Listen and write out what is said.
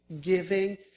giving